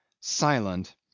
silent